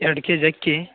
ಎರ್ಡು K G ಅಕ್ಕಿ